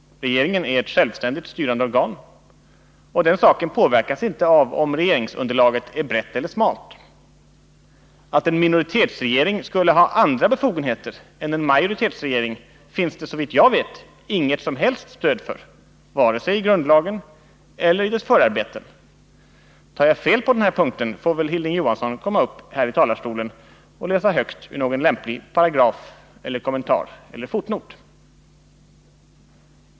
Regeringen är ett självständigt styrande organ, och den saken påverkas inte av om regeringsunderlaget är brett eller smalt. Att en minoritetsregering skulle ha andra befogenheter än en majoritetsregering finns det, såvitt jag vet, inget som helst stöd för vare sig i grundlagen eller i dess förarbeten. Tar jag fel på den här punkten får väl Hilding Johansson komma upp här i talarstolen och läsa högt ur någon lämplig paragraf, kommentar eller fotnot.